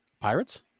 Pirates